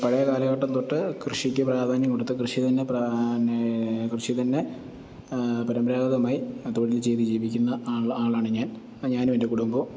പഴയകാലഘട്ടംതൊട്ട് കൃഷിക്ക് പ്രാധാന്യം കൊടുത്ത് കൃഷി തന്നെ കൃഷി തന്നെ പരമ്പരാഗതമായി തൊഴിൽ ചെയ്തു ജീവിക്കുന്ന ആൾ ആളാണ് ഞാൻ ഞാനും എൻ്റെ കുടുംബവും